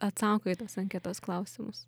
atsako į tos anketos klausimus